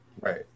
Right